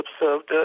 observed